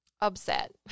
Upset